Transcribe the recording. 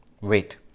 wait